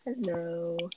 Hello